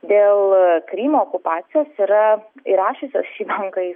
dėl krymo okupacijos yra įrašiusios šį banką į